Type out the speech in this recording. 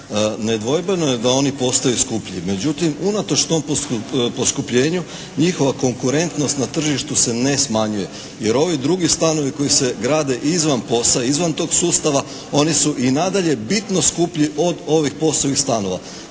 Nedvojbeno je da oni postaju skuplji, međutim unatoč tom poskupljenju njihova konkurentnost na tržištu se ne smanjuje, jer ovi drugi stanovi koji se grade izvan POS-a, izvan tog sustava oni su i nadalje bitno skuplji od ovih POS-ovih stanova.